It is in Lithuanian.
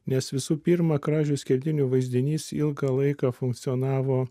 nes visų pirma kražių skerdynių vaizdinys ilgą laiką funkcionavo